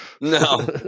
No